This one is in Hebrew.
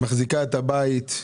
היא מחזיקה את הבית,